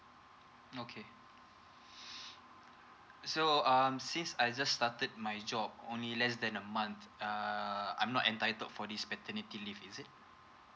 okay so um since I just started my job only less than a month err I'm not entitled for this paternity leaves is it